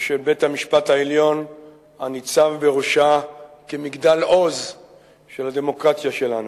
ושל בית-המשפט העליון הניצב בראשה כמגדל עוז של הדמוקרטיה שלנו.